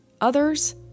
others